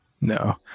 No